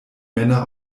männer